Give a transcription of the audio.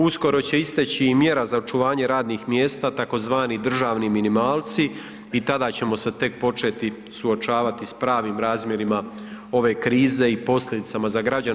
Uskoro će isteći i mjera za očuvanje radnih mjesta tzv. državni minimalci i tada ćemo se tek početi suočavati s pravim razmjerima ove krize i posljedicama za građane.